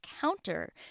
counter